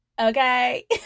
okay